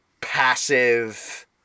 passive